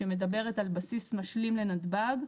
שמדברת על בסיס משלים לנתב"ג,